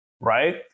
right